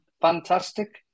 fantastic